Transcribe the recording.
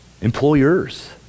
employers